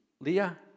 Leah